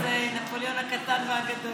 אמיר אשל זה נפוליאון הקטן והגדול.